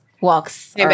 walks